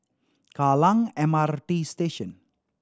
Kallang M R T Station